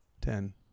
ten